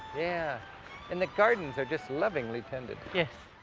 yeah and the gardens are just lovingly tended. yes.